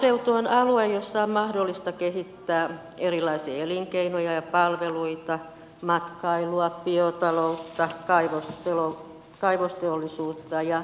maaseutu on alue jossa on mahdollista kehittää erilaisia elinkeinoja ja palveluita matkailua biotaloutta kaivosteollisuutta ja niin edelleen